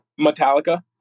Metallica